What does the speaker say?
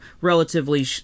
relatively